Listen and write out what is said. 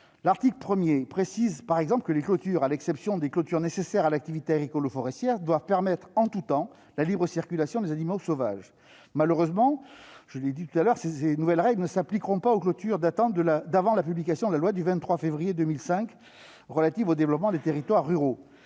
L'article 1 précise par exemple que les clôtures, à moins d'être nécessaires à l'activité agricole ou forestière, doivent permettre en tout temps la libre circulation des animaux sauvages. Malheureusement, je le répète, ces nouvelles règles ne s'appliqueront pas aux clôtures datant d'avant la publication de la loi du 23 février 2005. La preuve de l'antériorité de la